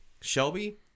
Shelby